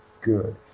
good